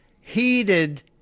heated